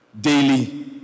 daily